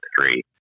three